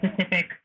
specific